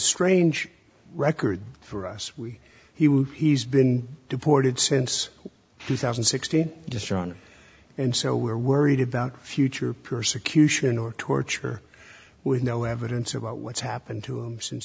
strange record for us we hear he's been deported since two thousand and sixteen destroyed and so we're worried about future persecution or torture with no evidence about what's happened to him since